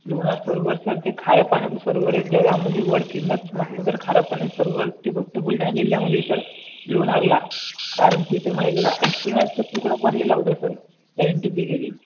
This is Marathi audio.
लोणार सरोवर सर ते खाऱ्या पाण्याचं सरोवर आहे जगामधे वर्ड फेमस म्हटलं तर खाऱ्या पाण्याचं सरोवर ते फक्त बुलढाणा जिल्ह्यामधे सर लोणारला कारण तिथं माहिती का ॲस्ट्रोनॉटचा तुकडा पडलेला होता सर सायंटिफिगेली